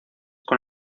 con